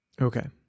Okay